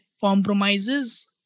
compromises